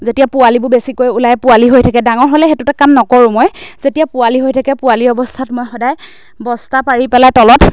যেতিয়া পোৱালীবোৰ বেছিকৈ ওলায় পোৱালি হৈ থাকে ডাঙৰ হ'লে সেইটোতে কাম নকৰোঁ মই যেতিয়া পোৱালী হৈ থাকে পোৱালি অৱস্থাত মই সদায় বস্তা পাৰি পেলাই তলত